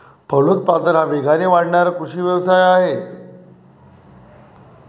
फलोत्पादन हा वेगाने वाढणारा कृषी व्यवसाय आहे